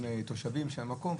עם התושבים של המקום,